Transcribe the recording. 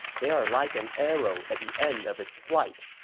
they are like an arrow at the end of its flight.